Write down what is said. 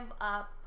up